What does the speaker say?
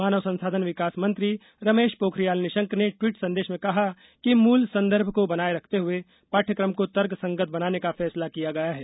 मानव संसाधन विकास मंत्री रमेश पोखरियाल निशंक ने ट्वीट संदेश में कहा कि मूल संदर्भ को बनाये रखते हए पाठयक्रम को तर्क संगत बनाने का फैसला किया गया है